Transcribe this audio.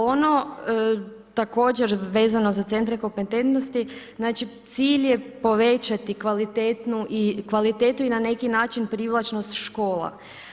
Ono također vezano za centre kompetentnosti, cilj je povećati kvalitetu i na neki način privlačnost škola.